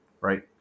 right